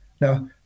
Now